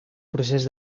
procés